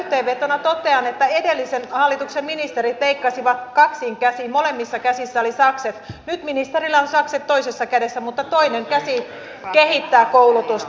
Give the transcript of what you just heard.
yhteenvetona totean että edellisen hallituksen ministerit leikkasivat kaksin käsin molemmissa käsissä oli sakset nyt ministerillä on sakset toisessa kädessä mutta toinen käsi kehittää koulutusta